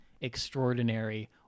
extraordinary